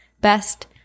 Best